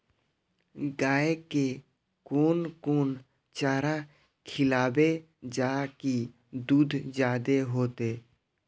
गाय के कोन कोन चारा खिलाबे जा की दूध जादे होते?